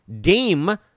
Dame